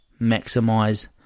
maximize